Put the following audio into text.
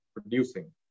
producing